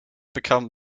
become